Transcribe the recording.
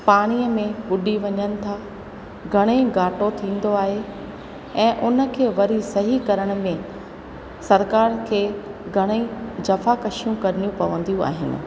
पाणीअ में ॿुॾी वञनि था घणेई घाटो थींदो आहे ऐं उन खे वरी सही करण में सरकार खे घणेई जफ़ाकशियूं करिणियूं पवंदियूं आहिनि